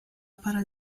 para